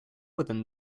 within